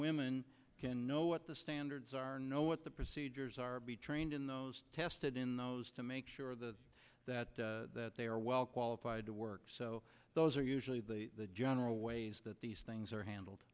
women can know what the standards are know what the procedures are trained in those tested in those to make sure that they are well qualified to work so those are usually the general ways that these things are handled